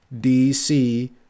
DC